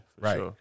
right